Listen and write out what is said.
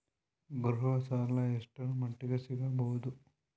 ಗೃಹ ಸಾಲ ಎಷ್ಟರ ಮಟ್ಟಿಗ ಸಿಗಬಹುದು?